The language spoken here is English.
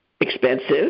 Expensive